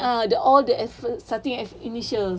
ah all the effort starting as initials